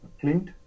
Clint